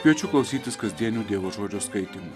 kviečiu klausytis kasdienių dievo žodžio skaitymų